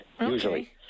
usually